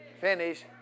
Finish